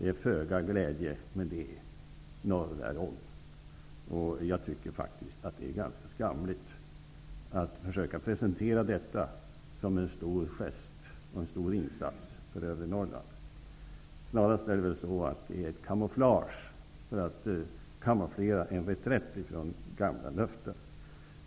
Det är föga glädje med det norr därom. Jag tycker faktiskt att det är ganska skamligt att försöka presentera detta som en stor gest och en stor insats för övre Norrland. Det är snarast ett kamouflage för att dölja en reträtt från gamla löften.